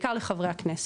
בעיקר לחברי הכנסת,